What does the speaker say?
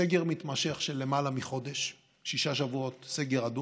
סגר מתמשך של למעלה מחודש, שישה שבועות, סגר הדוק,